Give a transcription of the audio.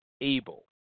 able